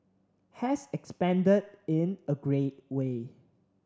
has expanded in a great way